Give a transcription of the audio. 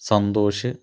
Santhosh